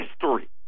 history